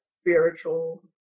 spiritual